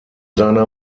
seiner